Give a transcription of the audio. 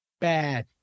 Bad